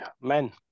men